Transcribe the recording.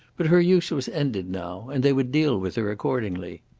but her use was ended now, and they would deal with her accordingly.